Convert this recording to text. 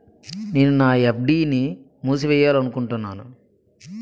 నేను నా ఎఫ్.డి ని మూసివేయాలనుకుంటున్నాను